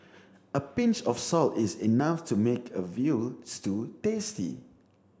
a pinch of salt is enough to make a veal stew tasty